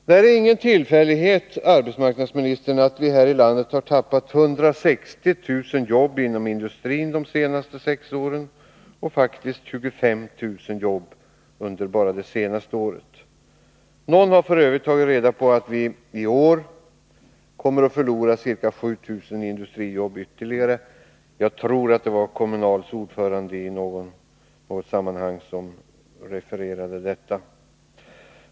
Det är ingen tillfällighet, fru arbetsmarknadsminister, att vi här i landet har förlorat 160 000 jobb inom industrin de senaste sex åren och faktiskt 25 000 bara under det senaste året. Någon har f. ö. tagit reda på att vi i år kommer att förlora ytterligare ca 7 000 industrijobb. Jag tror att det var Kommunals ordförande som i något sammanhang refererade den uppgiften.